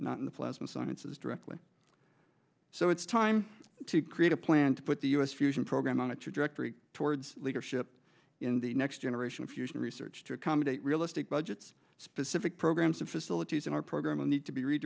not in the pleasant sciences directly so it's time to create a plan to put the us fusion program on a trajectory towards leadership in the next generation of fusion research to accommodate realistic budgets specific programs and facilities in our program and need to be re